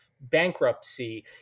bankruptcy